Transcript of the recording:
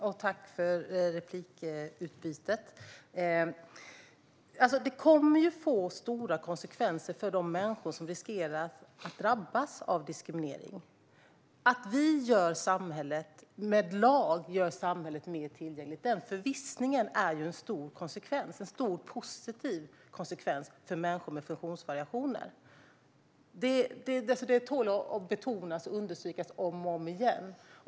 Herr talman! Jag tackar Paula Bieler för repliken. Detta kommer att få stora konsekvenser för de människor som riskerar att drabbas av diskriminering. Förvissningen om att vi med lag gör samhället mer tillgängligt är en stor positiv konsekvens för människor med funktionsvariationer. Det tål att betonas och understrykas om och om igen.